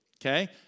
okay